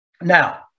Now